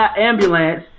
ambulance